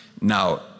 Now